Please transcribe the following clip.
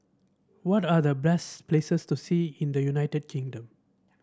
what are the best places to see in the United Kingdom